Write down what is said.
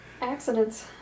Accidents